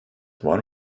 var